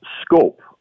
scope